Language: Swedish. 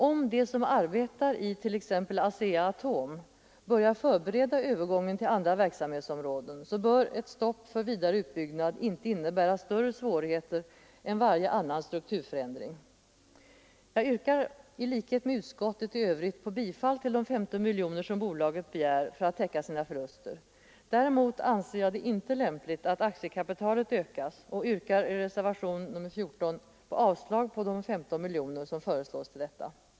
Om de som arbetar i t.ex. ASEA-Atom börjar förbereda övergången till andra verksamhetsområden bör ett stopp för vidare utbyggnad inte innebära större svårigheter än varje annan strukturförändring. Jag yrkar, i likhet med utskottet i övrigt, på bifall till de 15 miljoner kronor som bolaget begär för att täcka sina förluster. Däremot anser jag det inte lämpligt att aktiekapitalet ökas och yrkar i reservationen 14 avslag på de 15 miljoner som föreslås till detta.